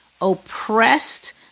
oppressed